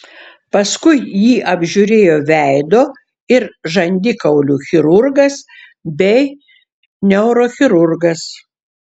paskui jį apžiūrėjo veido ir žandikaulių chirurgas bei neurochirurgas